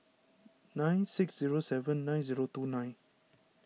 nine six zero seven nine zero two nine